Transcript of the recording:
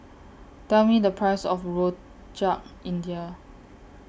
Tell Me The Price of Rojak India